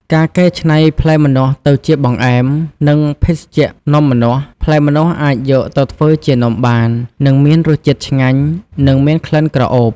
ការកែច្នៃផ្លែម្នាស់ទៅជាបង្អែម និងភេសជ្ជៈនំម្នាស់ ផ្លែម្នាស់អាចយកទៅធ្វើជានំបាន ដែលមានរសជាតិឆ្ងាញ់ និងមានក្លិនក្រអូប។